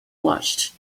blushed